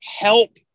help